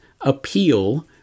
appeal